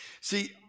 See